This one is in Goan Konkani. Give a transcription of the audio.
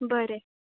बरें